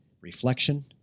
reflection